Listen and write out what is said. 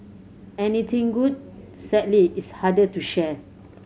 anything good sadly is harder to share